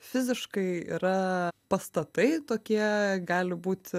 fiziškai yra pastatai tokie gali būti